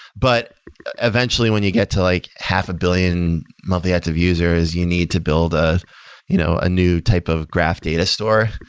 but eventually, when you get to like half a billion monthly active users, you need to build ah you know a new type of graph data store.